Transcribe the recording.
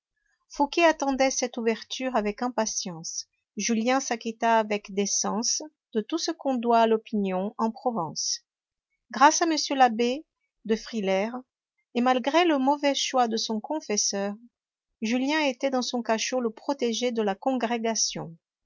l'intrigue fouqué attendait cette ouverture avec impatience julien s'acquitta avec décence de tout ce qu'on doit à l'opinion en province grâce à m l'abbé de frilair et malgré le mauvais choix de son confesseur julien était dans son cachot le protégé de la congrégation